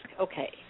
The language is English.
okay